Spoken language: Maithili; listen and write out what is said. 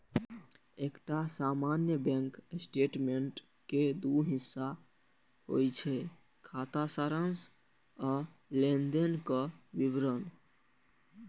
एकटा सामान्य बैंक स्टेटमेंट के दू हिस्सा होइ छै, खाता सारांश आ लेनदेनक विवरण